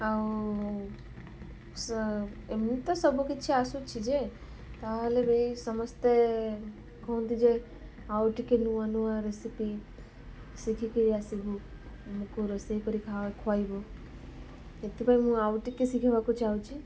ଆଉ ଏମିତି ତ ସବୁକିଛି ଆସୁଛି ଯେ ତାହେଲେ ବି ସମସ୍ତେ କୁହନ୍ତି ଯେ ଆଉ ଟିକେ ନୂଆ ନୂଆ ରେସିପି ଶିଖିକି ଆସିବୁ ଆମକୁ ରୋଷେଇ କରି ଖୁଆଇବୁ ଏଥିପାଇଁ ମୁଁ ଆଉ ଟିକେ ଶିଖିବାକୁ ଚାହୁଁଛି